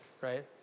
right